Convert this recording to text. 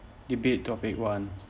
debate topic one